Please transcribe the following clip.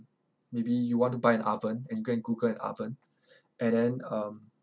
maybe you want to buy an oven and go and google an oven and then um